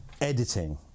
editing